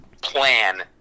plan